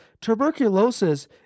tuberculosis